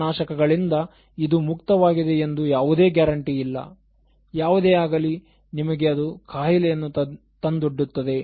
ಕೀಟನಾಶಕಗಳಿಂದ ಇದು ಮುಕ್ತವಾಗಿದೆ ಎಂದು ಯಾವುದೇ ಗ್ಯಾರಂಟಿ ಇಲ್ಲ ಯಾವುದೇ ಆಗಲಿ ನಿಮಗೆ ಅದು ಖಾಯಿಲೆಯನ್ನು ತಂದೊಡ್ಡುತ್ತದೆ